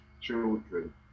children